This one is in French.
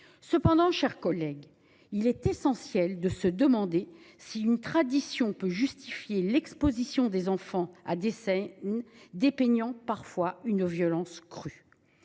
Cependant, mes chers collègues, il est essentiel de se demander si une tradition peut justifier l’exposition des enfants à des scènes montrant parfois une violence crue.